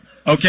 Okay